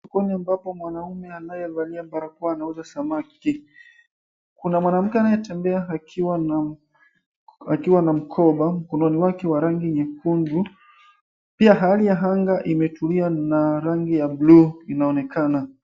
Pale ambapo mwanaume anayevalia barakoa anauza samaki. Kuna mwanamke anayetembea akiwa na mkoba mkononi mwake wa rangi nyekundu. Pia hali ya anga imetulia na rangi ya bluu inaonekana.